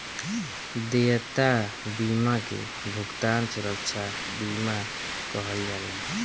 देयता बीमा के भुगतान सुरक्षा बीमा कहल जाला